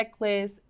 checklist